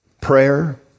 prayer